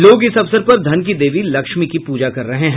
लोग इस अवसर पर धन की देवी लक्ष्मी की पूजा कर रहे हैं